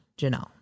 Janelle